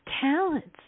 talents